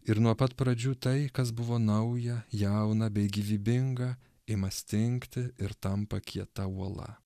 ir nuo pat pradžių tai kas buvo nauja jauna bei gyvybinga ima stingti ir tampa kieta uola